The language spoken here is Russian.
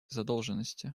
задолженности